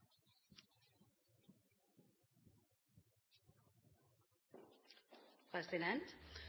Ja,